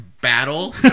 battle